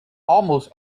almost